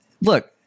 look